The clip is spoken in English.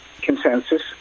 consensus